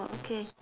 okay